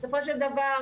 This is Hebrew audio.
בסופו של דבר,